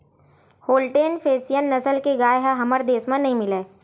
Holstein Friesian नसल के गाय ह हमर देस म नइ मिलय